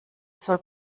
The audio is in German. soll